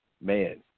man